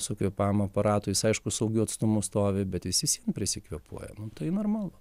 su kvėpavimo aparatu jis aišku saugiu atstumu stovi bet visi prisikvėpuoja nu tai normalu